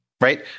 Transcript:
right